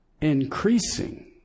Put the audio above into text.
increasing